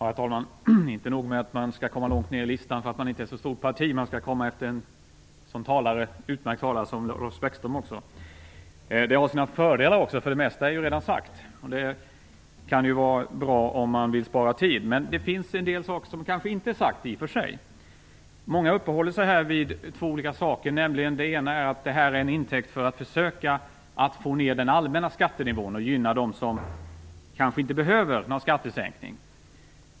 Herr talman! Inte nog med att man skall komma långt ner på talarlistan för att man tillhör ett parti som inte är så stort, man skall också komma efter en sådan utmärkt talare som Lars Bäckström. Men det har sina fördelar också. Det mesta är ju redan sagt, och det kan vara bra om man vill spara tid. Det finns dock en del som inte har sagts ännu. Många talare har här uppehållit sig vid två olika saker. Det sägs att det här är en intäkt för att försöka få ned den allmänna skattenivån och gynna dem som kanske inte behöver någon skattesänkning.